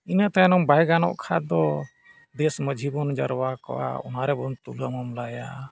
ᱤᱱᱟᱹ ᱛᱟᱭᱱᱚᱢ ᱵᱟᱭ ᱜᱟᱱᱚᱜ ᱠᱷᱟᱱ ᱫᱚ ᱫᱮᱥ ᱢᱟᱺᱡᱷᱤ ᱵᱚᱱ ᱡᱟᱣᱨᱟ ᱠᱚᱣᱟ ᱚᱱᱟ ᱨᱮᱵᱚᱱ ᱛᱩᱞᱟᱹ ᱢᱟᱢᱞᱟᱭᱟ